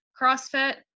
CrossFit